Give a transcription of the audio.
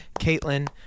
Caitlin